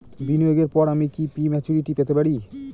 বিনিয়োগের পর আমি কি প্রিম্যচুরিটি পেতে পারি?